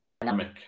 dynamic